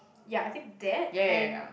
ya I think that and